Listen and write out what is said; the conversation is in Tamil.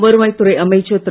வருவாய் துறை அமைச்சர் திரு